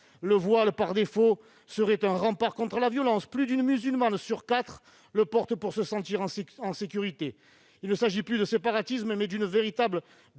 le voile serait un rempart contre la violence : plus d'une musulmane sur quatre le porte pour se sentir en sécurité. Il s'agit non plus de séparatisme, mais d'une véritable domination